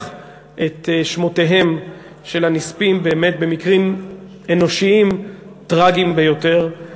את שמותיהם של הנספים באמת במקרים אנושיים טרגיים ביותר.